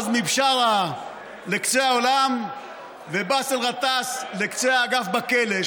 עזמי בשארה לקצה העולם ובאסל גטאס לקצה האגף בכלא,